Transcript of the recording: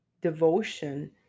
devotion